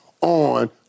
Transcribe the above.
on